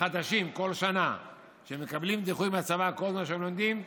חדשים כל שנה שהם מקבלים דיחוי מהצבא כל זמן שהם לומדים,